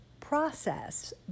process